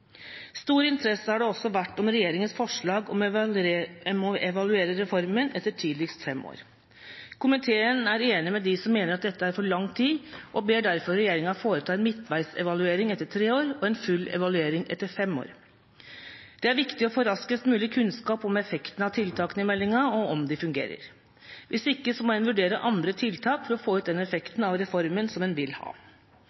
Stor interesse har det også vært om regjeringas forslag om å evaluere reformen etter tidligst fem år. Komiteen er enig med dem som mener at dette er for lang tid, og ber derfor regjeringa foreta en midtveisevaluering etter tre år og en full evaluering etter fem år. Det er viktig å få raskest mulig kunnskap om effekten av tiltakene i meldinga og om de fungerer. Hvis ikke må en vurdere andre tiltak for å få ut den